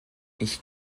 ich